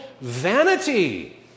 vanity